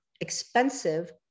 expensive